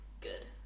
good